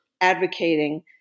advocating